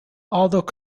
although